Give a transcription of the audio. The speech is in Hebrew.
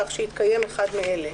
כך שיתקיים אחד מאלה: